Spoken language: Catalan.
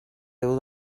déu